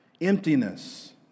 emptiness